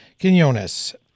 Quinones